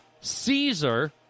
Caesar